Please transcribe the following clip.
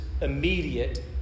immediate